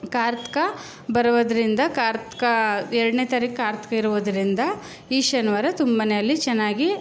ಕಾರ್ತಿಕ ಬರುವುದರಿಂದ ಕಾರ್ತಿಕ ಎರಡನೇ ತಾರೀಕು ಕಾರ್ತಿಕ ಇರುವುದರಿಂದ ಈ ಶನಿವಾರ ತುಂಬನೇ ಅಲ್ಲಿ ಚೆನ್ನಾಗಿ